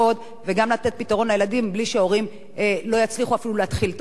וגם לתת פתרון לילדים בלי שההורים לא יצליחו אפילו להתחיל את החודש.